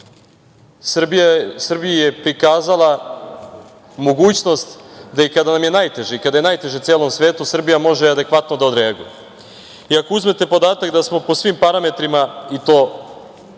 Srbiji je prikazala mogućnost da i kada vam je najteže i kada je najteže celom svetu, Srbija može adekvatno da odreaguje. Ako uzmete podatak da smo po svim parametrima i to